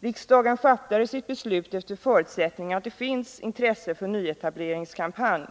Riksdagen fattade sitt beslut under förutsättningen att det finns intresse för nyetableringskampanj.